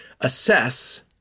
assess